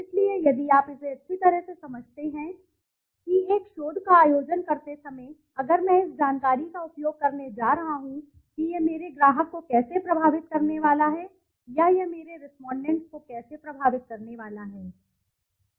इसलिए यदि आप इसे अच्छी तरह से समझते हैं कि एक शोध का आयोजन करते समय अगर मैं इस जानकारी का उपयोग करने जा रहा हूं कि यह मेरे ग्राहक को कैसे प्रभावित करने वाला है या यह मेरे रेस्पोंडेंट को कैसे प्रभावित करने वाला है